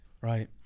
right